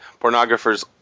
pornographers